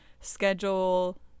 schedule